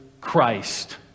Christ